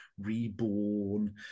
reborn